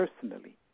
personally